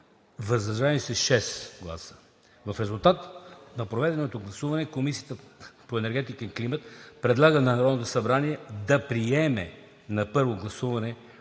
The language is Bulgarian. „въздържал се“ – 6 гласа. В резултат на проведеното гласуване Комисията по енергетика и климат предлага на Народното събрание да приеме на първо гласуване